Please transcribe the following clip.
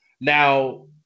Now